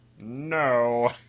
no